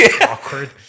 awkward